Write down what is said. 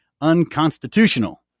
unconstitutional